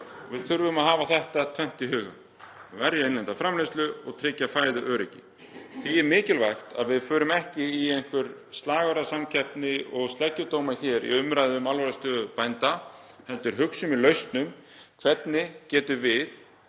Við þurfum að hafa þetta tvennt í huga; að verja innlenda framleiðslu og tryggja fæðuöryggi. Því er mikilvægt að við förum ekki í einhverja slagorðasamkeppni og sleggjudóma hér í umræðu um alvarlega stöðu bænda, heldur hugsum í lausnum: Hvernig getum við